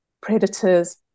predators